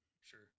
sure